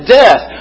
death